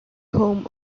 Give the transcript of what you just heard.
home